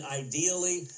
ideally